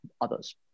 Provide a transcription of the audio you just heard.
others